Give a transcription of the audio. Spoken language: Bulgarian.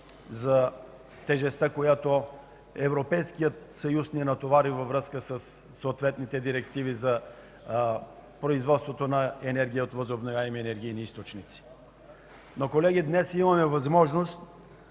тежестта, с която Европейският съюз ни натовари във връзка със съответните директиви за производството на енергия от възобновяеми енергийни източници. Колеги, днес имаме възможност